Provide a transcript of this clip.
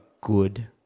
good